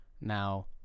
now